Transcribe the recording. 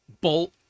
bolt